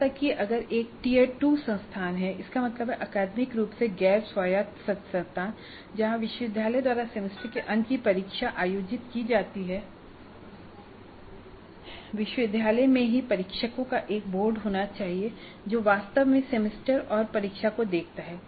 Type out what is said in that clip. यहां तक कि अगर यह एक टियर 2 संस्थान है इसका मतलब है अकादमिक रूप से गैर स्वायत्त संस्थान जहां विश्वविद्यालय द्वारा सेमेस्टर के अंत की परीक्षा आयोजित की जाती है विश्वविद्यालय में ही परीक्षकों का एक बोर्ड होना चाहिए जो वास्तव में सेमेस्टर और परीक्षा को देखता है